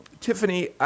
Tiffany